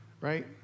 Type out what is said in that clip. right